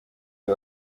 uyu